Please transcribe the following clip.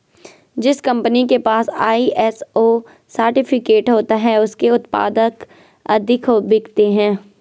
जिस कंपनी के पास आई.एस.ओ सर्टिफिकेट होता है उसके उत्पाद अधिक बिकते हैं